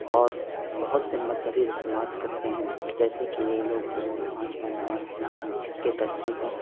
اور بہت سے مذہبی رسومات کرتے ہیں جیسے کہ یہ لوگ دن میں پانچ بار نماز پڑھتے ہیں جس کے ترتیب ہے